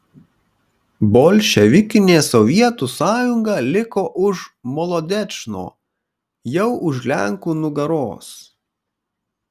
bolševikinė sovietų sąjunga liko už molodečno jau už lenkų nugaros